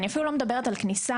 אני אפילו לא מדברת על כניסה,